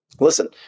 listen